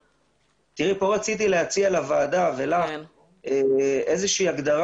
כאן רציתי להציע לוועדה ולך איזושהי הגדרה